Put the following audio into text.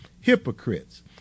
hypocrites